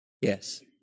yes